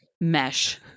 mesh